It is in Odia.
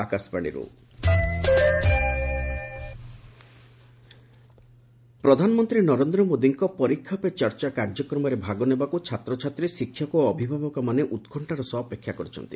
ପରୀକ୍ଷା ପେ ଚର୍ଚ୍ଚା ପ୍ରଧାନମନ୍ତ୍ରୀ ନରେନ୍ଦ୍ର ମୋଦୀଙ୍କ 'ପରୀକ୍ଷା ପେ ଚର୍ଚ୍ଚା' କାର୍ଯ୍ୟକ୍ରମରେ ଭାଗ ନେବାକୁ ଛାତ୍ରଛାତ୍ରୀ ଶିକ୍ଷକ ଓ ଅଭିଭାବକମାନେ ଉତ୍କଣ୍ଠାର ସହ ଅପେକ୍ଷା କରିଛନ୍ତି